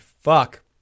fuck